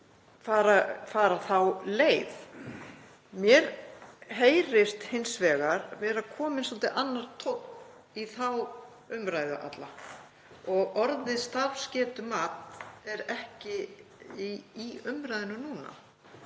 fara þá leið. Mér heyrist hins vegar vera kominn svolítið annar tónn í þá umræðu alla. Orðið starfsgetumat er ekki í umræðunni núna.